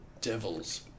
devils